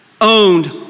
owned